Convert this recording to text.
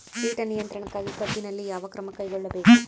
ಕೇಟ ನಿಯಂತ್ರಣಕ್ಕಾಗಿ ಕಬ್ಬಿನಲ್ಲಿ ಯಾವ ಕ್ರಮ ಕೈಗೊಳ್ಳಬೇಕು?